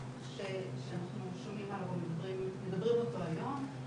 שאנחנו שומעים עליו או מדברים אותו היום.